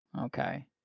okay